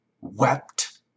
wept